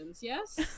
yes